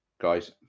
Guys